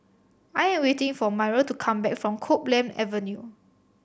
I am waiting for Myrl to come back from Copeland Avenue